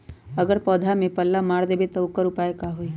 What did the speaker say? अगर पौधा में पल्ला मार देबे त औकर उपाय का होई?